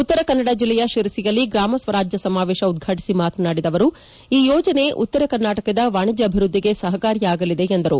ಉತ್ತರ ಕನ್ನಡ ಜಿಲ್ಲೆಯ ಶಿರಸಿಯಲ್ಲಿ ಗ್ರಾಮ ಸ್ವರಾಜ್ಯ ಸಮಾವೇಶ ಉದ್ಘಾಟಿಸಿ ಮಾತನಾಡಿದ ಅವರು ಈ ಯೋಜನೆ ಉತ್ತರ ಕರ್ನಾಟಕದ ವಾಣೆಜ್ಯ ಅಭಿವೃದ್ದಿಗೆ ಸಹಕಾರಿಯಾಗಲಿದೆ ಎಂದರು